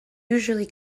usually